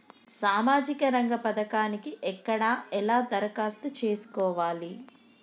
సామాజిక రంగం పథకానికి ఎక్కడ ఎలా దరఖాస్తు చేసుకోవాలి?